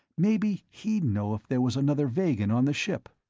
maybe he'd know if there was another vegan on the ship.